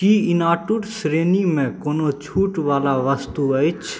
की इनाटुर श्रेणीमे कोनो छूटवला वस्तु अछि